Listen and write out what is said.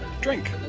Drink